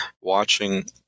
watching